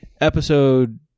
episode